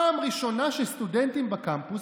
זאת הפעם הראשונה שסטודנטים בקמפוס